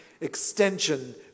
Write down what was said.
extension